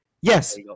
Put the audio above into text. Yes